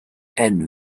and